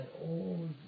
old